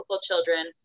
children